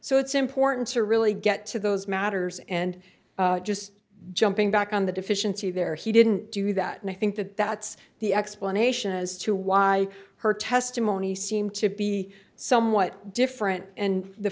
so it's important to really get to those matters and just jumping back on the deficiency there he didn't do that and i think that that's the explanation as to why her testimony seemed to be somewhat different and the